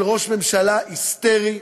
של ראש ממשלה היסטרי,